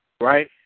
right